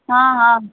हाँ हाँ